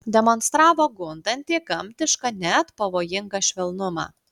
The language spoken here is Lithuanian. demonstravo gundantį gamtišką net pavojingą švelnumą